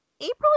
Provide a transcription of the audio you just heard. April